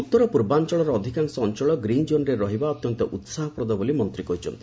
ଉତ୍ତର ପୂର୍ବାଞ୍ଚଳର ଅଧିକାଂଶ ଅଞ୍ଚଳ ଗ୍ରୀନ୍ ଜୋନ୍ରେ ରହିବା ଅତ୍ୟନ୍ତ ଉତ୍ସାହପ୍ରଦ ବୋଲି ମନ୍ତ୍ରୀ କହିଛନ୍ତି